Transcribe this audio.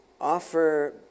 offer